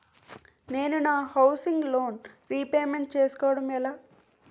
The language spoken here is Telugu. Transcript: నేను నా హౌసిగ్ లోన్ రీపేమెంట్ చేసుకోవటం ఎలా?